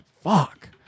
fuck